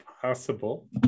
possible